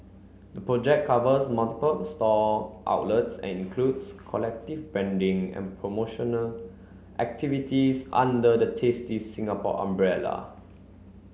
the project covers multiple store outlets and includes collective branding and promotional activities under the Tasty Singapore umbrella